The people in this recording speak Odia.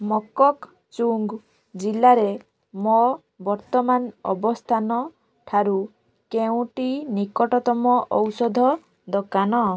ମୋକୋକ୍ଚୁଙ୍ଗ୍ ଜିଲ୍ଲାରେ ମୋ ବର୍ତ୍ତମାନ ଅବସ୍ଥାନ ଠାରୁ କେଉଁଟି ନିକଟତମ ଔଷଧ ଦୋକାନ